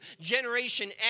generation